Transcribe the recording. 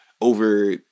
over